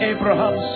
Abraham